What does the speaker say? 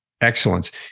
excellence